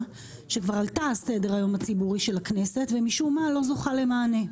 שכבר עלתה על סדר-היום הציבורי של הכנסת ומשום מה לא זוכה למענה.